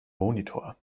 monitor